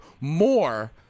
more